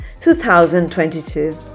2022